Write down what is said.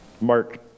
Mark